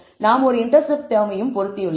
நாம் ஒரு இன்டர்செப்ட் டெர்மையும் பொருத்தியுள்ளோம்